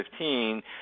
2015